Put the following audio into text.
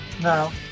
no